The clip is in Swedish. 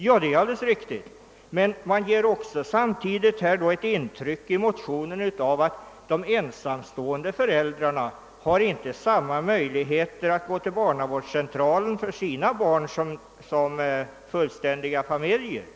Ja, det är alldeles riktigt, men samtidigt ger man i motionen ett intryck av att de ensamstående föräldrarna inte har samma möjligheter att gå till barnavårdscentraler med sina barn som fullständiga familjer har.